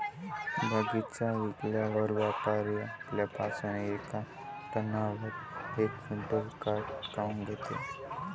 बगीचा विकल्यावर व्यापारी आपल्या पासुन येका टनावर यक क्विंटल काट काऊन घेते?